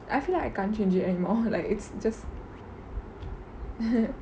I feel like I can't change it anymore like it's just